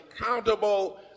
accountable